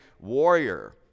warrior